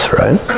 right